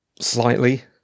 Slightly